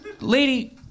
lady